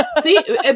See